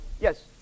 yes